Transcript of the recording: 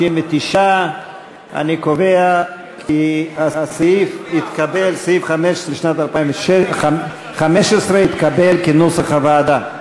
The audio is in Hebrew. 59. אני קובע כי סעיף 15 לשנת 2015 התקבל כנוסח הוועדה.